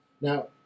Now